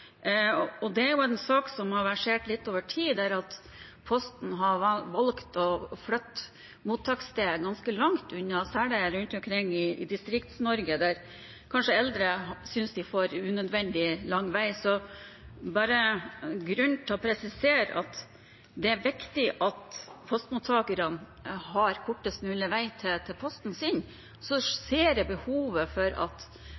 er en sak som har pågått over en tid, der Posten har valgt å flytte mottaksstedet ganske langt unna, særlig rundt omkring i Distrikts-Norge, der kanskje eldre synes de får en unødvendig lang vei. Det er grunn til å presisere at det er viktig at postmottakerne har kortest mulig vei til posten sin. Jeg ser at